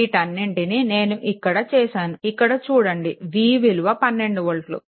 వీటన్నింటినీ నేను ఇక్కడ చేశాను ఇక్కడ చూడండి v విలువ 12 వోల్ట్లు